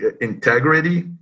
integrity